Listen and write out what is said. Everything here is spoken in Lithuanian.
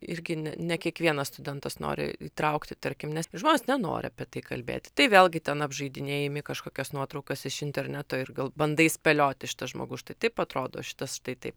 irgi ne ne kiekvienas studentas nori įtraukti tarkim nes žmonės nenori apie tai kalbėti tai vėlgi ten apžaidinėji imi kažkokias nuotraukas iš interneto ir gal bandai spėlioti šitas žmogus štai taip atrodo šitas štai taip